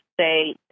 say